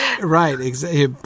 Right